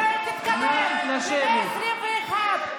מדינת ישראל תתקדם למאה ה-21,